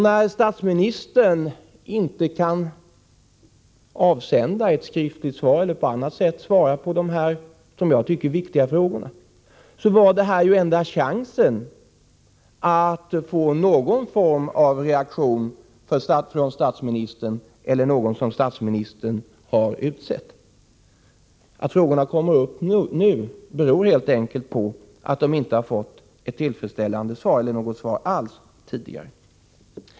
När statsministern inte kan avsända ett skriftligt svar eller på annat sätt svara på dessa, som jag tycker, viktiga frågor, var detta enda chansen för mig att få någon form av reaktion från statsministern eller från någon som statsministern har utsett. Att frågorna kommer upp nu beror helt enkelt på att det inte har givits ett tillfredsställande svar eller något svar alls tidigare.